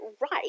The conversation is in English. right